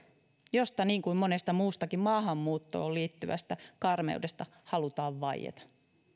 josta niin kuin monesta muustakin maahanmuuttoon liittyvästä karmeudesta halutaan vaieta